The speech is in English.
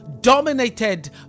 dominated